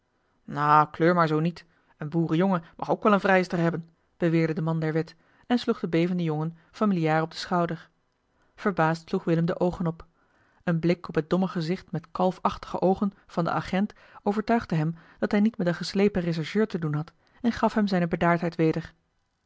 nou kleur maar zoo niet een boerenjongen mag ook wel een vrijster hebben beweerde de man der wet en sloeg den bevenden jongen famieljaar op den schouder verbaasd sloeg willem de oogen op een blik op het domme gezicht met kalfachtige oogen van den agent overtuigde hem dat hij niet met een geslepen rechercheur te doen had en gaf hem zijne bedaardheid weder